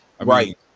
Right